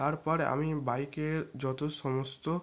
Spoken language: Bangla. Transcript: তারপরে আমি বাইকে যত সমস্ত